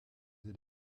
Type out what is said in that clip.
elle